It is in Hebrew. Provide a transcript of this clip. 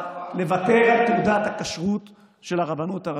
לוותר על תעודת הכשרות של הרבנות הראשית.